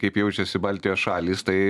kaip jaučiasi baltijos šalys tai